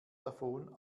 davon